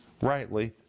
rightly